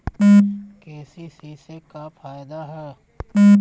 KCC से का फायदा ह?